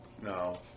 No